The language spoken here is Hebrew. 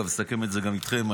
ונסכם את זה גם איתכם.